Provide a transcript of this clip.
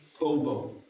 Bobo